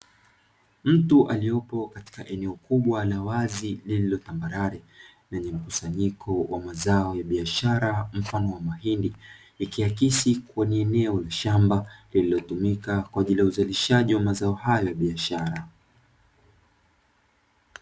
Mtu aliyepo katika eneo kubwa la wazi lililo tambarare lenye mkusanyiko wa mazao ya biashara mfano wa mahindi, ikiakisi ni eneo la shamba lililotumika kwa ajili ya uzalishaji wa mazao hayo ya biashara.